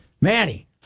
Manny